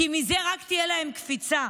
כי מזה רק תהיה להם קפיצה.